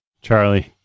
Charlie